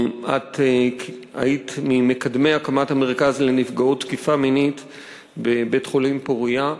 את היית ממקדמי הקמת המרכז לנפגעות תקיפה מינית בבית-חולים פורייה.